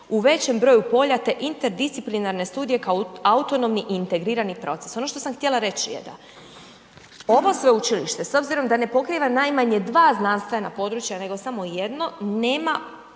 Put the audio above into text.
u većem broju polja, te interdisciplinarne studije kao autonomni i integrirani proces. Ono što sam htjela reći je da ovo sveučilište s obzirom da ne pokriva najmanje 2 znanstvena područja nego samo jedno, nema